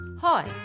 Hi